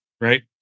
right